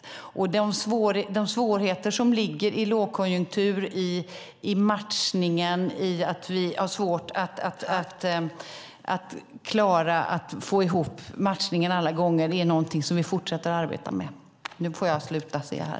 De svårigheter som ligger i lågkonjunkturen och att vi har svårt att alla gånger klara att få ihop matchningen är någonting som vi fortsätter att arbeta med.